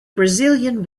brazilian